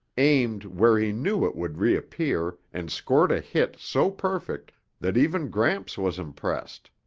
aimed where he knew it would reappear and scored a hit so perfect that even gramps was impressed.